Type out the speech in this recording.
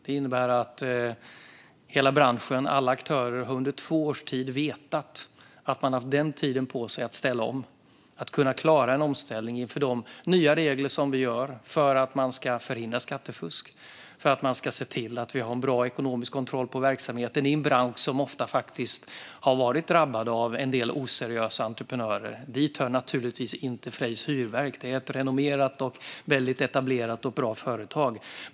Det innebär att hela branschen och alla aktörer under två års tid har vetat att de har haft den tiden på sig att ställa om och kunna klara en omställning inför de nya regler som vi gör för att man ska förhindra skattefusk. Det handlar om att man ska se till att vi har en bra ekonomisk kontroll på verksamheten i en bransch som ofta har varit drabbad av en del oseriösa entreprenörer. Dit hör naturligtvis inte Freys Hyrverk. Det är ett renommerat, väldigt etablerat och bra företag.